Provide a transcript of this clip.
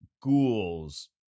ghouls